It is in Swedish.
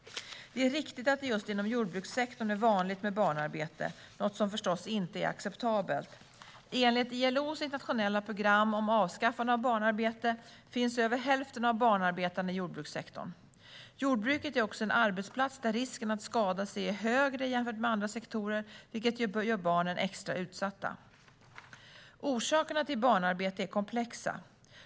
Det är riktigt att det just inom jordbrukssektorn är vanligt med barnarbete, något som förstås inte är acceptabelt. Enligt ILO:s internationella program om avskaffande av barnarbete finns över hälften av barnarbetarna i jordbrukssektorn. Jordbruket är också en arbetsplats där risken att skada sig är högre jämfört med andra sektorer, vilket gör barnen extra utsatta. Orsakerna till barnarbete är komplexa.